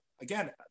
again